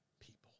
people